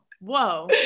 whoa